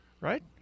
Right